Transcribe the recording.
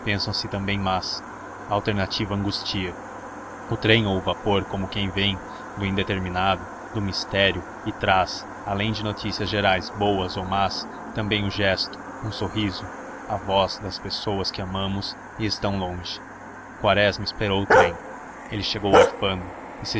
também más a alternativa angustia o trem ou o vapor como que vem do indeterminado do mistério e traz além de notícias gerais boas ou más também o gesto um sorriso a voz das pessoas que amamos e estão longe quaresma esperou o trem ele chegou arfando